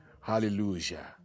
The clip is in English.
hallelujah